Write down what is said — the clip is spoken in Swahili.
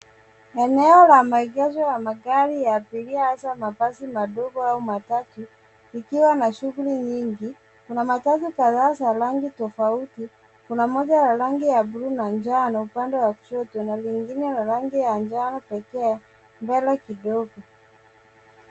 Eneo ya maegesho ya magari ya abiria hasa mabasi madogo au matatu ikiwa na shughuli nyingi, kuna matatu kadhaa za rangi tofauti. Kuna moja ya rangi ya bluu na njano upande wa kushoto na lingine la rangi ya njano pekee mbele kidogo.